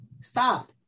Stop